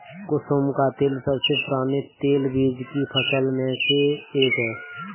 कुसुम का तेल सबसे पुराने तेलबीज की फसल में से एक है